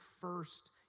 first